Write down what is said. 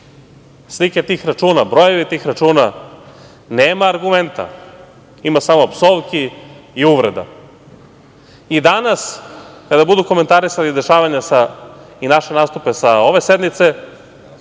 slike tih računa, brojevi tih računa, nema argumenata, ima samo psovki i uvreda. Ni danas, kada budu komentarisali dešavanja i naše nastupe sa ove sednice,